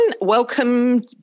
Welcome